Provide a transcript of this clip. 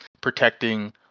protecting